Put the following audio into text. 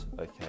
okay